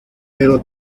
pero